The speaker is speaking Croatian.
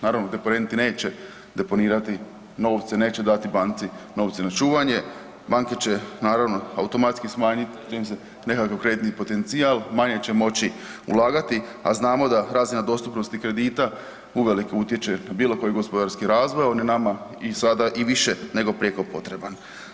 Naravno deponenti neće deponirati novce, neće dati banci novce na čuvanje, banke će naravno automatski smanjiti … kreditni potencijal, manje će moći ulagati, a znamo da razina dostupnosti kredita uvelike utječe na bilo koji gospodarski razvoj, a on je nama i sada i više nego prijeko potreban.